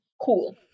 Cool